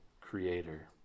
creator